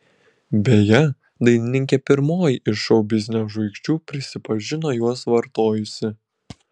beje dainininkė pirmoji iš šou biznio žvaigždžių prisipažino juos vartojusi